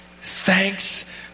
thanks